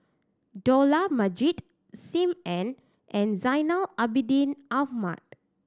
Dollah Majid Sim Ann and Zainal Abidin Ahmad